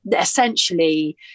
essentially